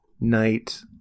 Night